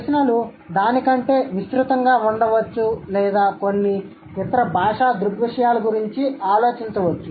ప్రశ్నలు దాని కంటే విస్తృతంగా ఉండవచ్చు లేదా కొన్ని ఇతర భాషా దృగ్విషయాల గురించి ఆలోచించవచ్చు